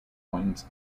points